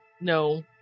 no